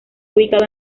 ubicado